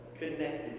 Connected